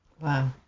Wow